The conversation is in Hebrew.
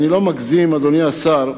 אדוני השר,